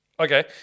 Okay